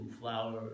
flower